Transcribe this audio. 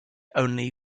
only